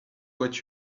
what